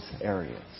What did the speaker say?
areas